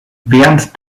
während